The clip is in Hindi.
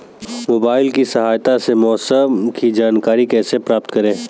मोबाइल की सहायता से मौसम की जानकारी कैसे प्राप्त करें?